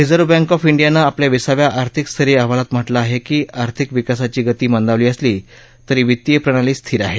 reserve bank of इंडियानं आपल्या विसाव्या आर्थिक स्थैर्य अहवालात म्हटलं आहे की आर्थिक विकासाची गती मंदावली असली तरी वितीय प्रणाली स्थिर आहे